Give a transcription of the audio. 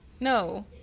No